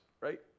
right